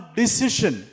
decision